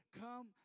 come